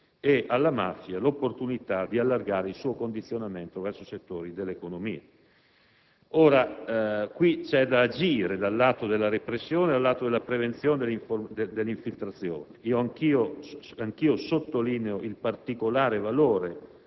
e alla mafia l'opportunità di allargare il proprio condizionamento verso settori dell'economia. Si deve, dunque, agire dal lato della repressione e da quello della prevenzione dell'infiltrazione. Anch'io sottolineo il particolare valore,